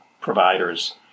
providers